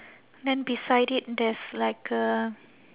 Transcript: then beside it there's like a